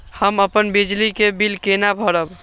हम अपन बिजली के बिल केना भरब?